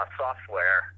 software